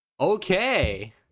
okay